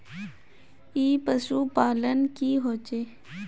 ई पशुपालन की होचे?